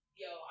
yo